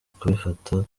kubifata